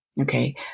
Okay